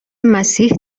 مسیح